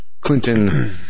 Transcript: Clinton